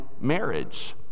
marriage